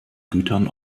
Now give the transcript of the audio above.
gütern